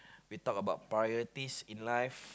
we talk about priorities in life